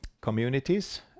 communities